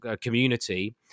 community